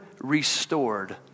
restored